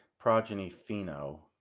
progeny pheno.